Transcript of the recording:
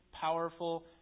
powerful